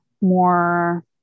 more